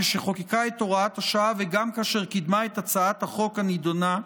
כשחוקקה את הוראת השעה וגם כאשר קידמה את הצעת החוק הנדונה,